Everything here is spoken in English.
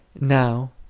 now